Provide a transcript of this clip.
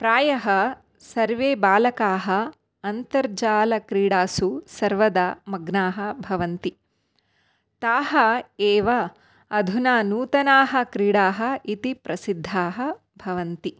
प्रायः सर्वे बालकाः अन्तर्जालक्रीडासु सर्वदा मग्नाः भवन्ति ताः एव अधुना नूतनाः क्रीडाः इति प्रसिद्धाः भवन्ति